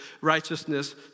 righteousness